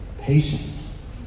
patience